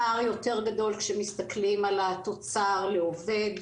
הפער יותר גדול כשמסתכלים על התוצר לעובד.